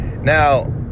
Now